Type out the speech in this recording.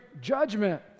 judgment